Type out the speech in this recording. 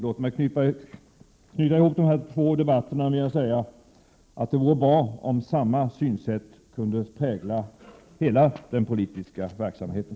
Låt mig knyta ihop de här två debatterna med att säga att det vore bra om samma synsätt kunde prägla hela den politiska verksamheten.